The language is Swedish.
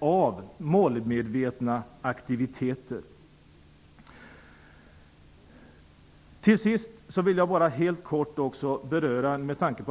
som målmedvetna aktiviteter pågår inom idrotten.